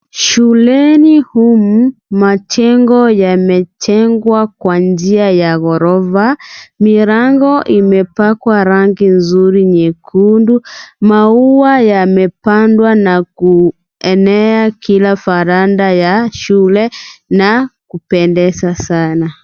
Shuleni humu, majengo yamejengwa kwa njia ya ghorofa. Milango imepakwa rangi nzuri nyekundu. Maua yamepandwa na kuenea kila varanda ya shule na kupendeza sana.